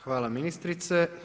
Hvala ministrice.